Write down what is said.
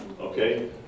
okay